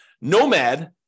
Nomad